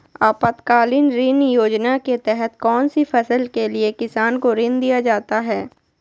आपातकालीन ऋण योजना के तहत कौन सी फसल के लिए किसान को ऋण दीया जाता है?